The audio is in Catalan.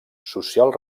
social